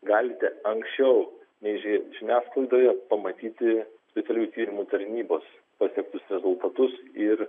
galite anksčiau nei ži žiniasklaidoje pamatyti specialųjų tyrimų tarnybos pasiektus rezultatus ir